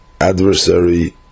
adversary